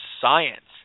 science